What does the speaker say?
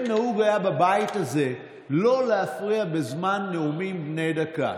חבר הכנסת קריב, חבר הכנסת קריב.